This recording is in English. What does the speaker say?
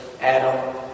Adam